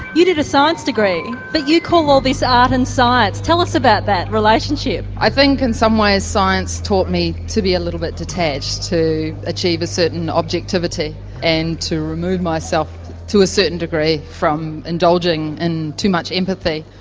you did a science degree but you call all this art and science tell us about that relationship. i think in some ways science taught me to be a little bit detached, to achieve a certain objectivity and to remove myself to a certain degree from indulging in too much empathy,